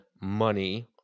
money